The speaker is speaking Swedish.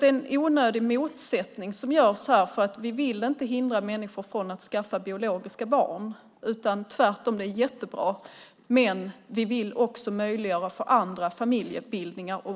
Det är en onödig motsättning som görs här. Vi vill inte hindra människor att skaffa biologiska barn, tvärtom. Det är jättebra. Men vi vill möjliggöra för andra familjebildningar och